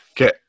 Okay